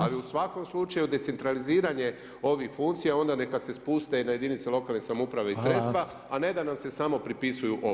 Ali u svakom slučaju decentraliziranje ovih funkcija onda neka se spuste na jedinice lokalne samouprave i sredstva, a ne da nam se samo pripisuju obveze.